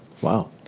Wow